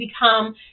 become